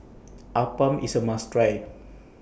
Appam IS A must Try